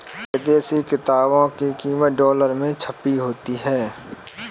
विदेशी किताबों की कीमत डॉलर में छपी होती है